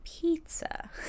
Pizza